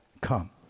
come